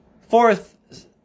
Fourth